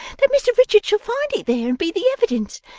that mr richard shall find it there, and be the evidence.